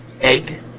Egg